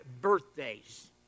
birthdays